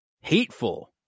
hateful